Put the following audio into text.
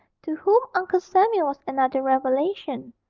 to whom uncle samuel was another revelation.